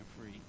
free